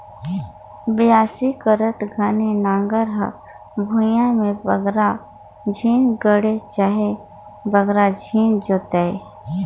बियासी करत घनी नांगर हर भुईया मे बगरा झिन गड़े चहे बगरा झिन जोताए